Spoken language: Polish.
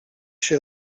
się